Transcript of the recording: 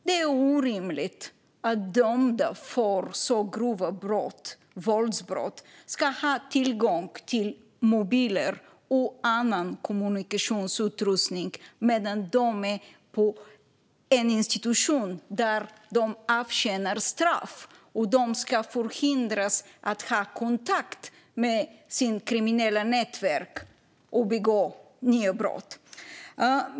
Det är orimligt att dömda för så grova våldsbrott ska ha tillgång till mobiler och annan kommunikationsutrustning medan de är på en institution där de avtjänar straff och ska förhindras att ha kontakt med sitt kriminella nätverk och begå nya brott.